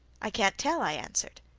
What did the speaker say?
i can't tell i answered.